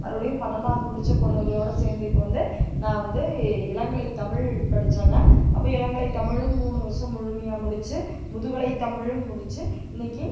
மறுபுடியும் பன்னெண்டாவது முடித்த பொண்ணுங்களோட சேர்ந்து உட்காந்து நான் வந்து இளங்கலை தமிழ் படிச்சங்க அப்போ இளங்கலை தமிழும் மூணு வருஷம் முழுமையாக முடிச்சு முதுகலை தமிழும் முடிச்சு இன்னைக்கு